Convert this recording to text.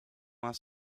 wants